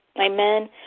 Amen